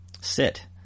sit